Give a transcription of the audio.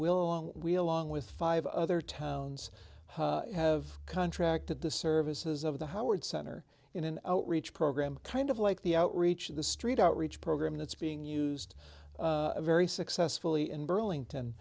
will we along with five other towns have contracted the services of the howard center in an outreach program kind of like the outreach the street outreach program that's being used very successfully in burlington